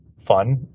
fun